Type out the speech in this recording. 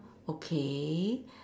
okay